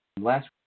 last